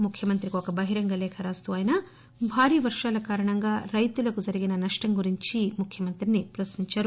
ముఖ్యమంత్రికి ఒక బహిరంగ లేఖ రాస్తూ ఆయన భారీ వర్గాల కారణంగా రైతులకు జరిగిన నష్టం గురించి ముఖ్యమంత్రిని ప్రశ్ని ంచారు